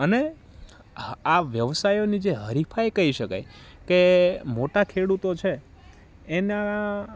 અને આ વ્યવસાયોની જે હરીફાઈ કઈ શકાય કે મોટા ખેડૂત છે એના